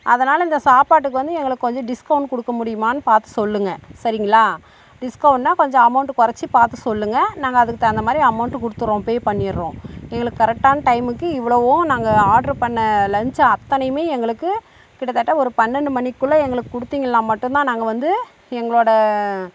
அதனால் இந்த சாப்பாட்டுக்கு வந்து எங்களுக்கு கொஞ்சம் டிஸ்கௌண்ட் கொடுக்க முடியுமான்னு பார்த்து சொல்லுங்கள் சரிங்களா டிஸ்கௌண்ட்னா கொஞ்சம் அமௌண்ட்டு குறச்சி பார்த்து சொல்லுங்கள் நாங்கள் அதுக்கு தகுந்த மாதிரி அமௌண்ட்டு கொடுத்துறோம் பே பண்ணிடுறோம் எங்களுக்கு கரெக்ட்டான டைமுக்கு இவ்வளோவும் நாங்கள் ஆட்ரு பண்ண லன்ச் அத்தனையுமே எங்களுக்கு கிட்டத்தட்ட ஒரு பன்னெண்டு மணிக்குள்ளே எங்களுக்கு கொடுத்திங்கள்னா மட்டும் தான் நாங்கள் வந்து எங்களோட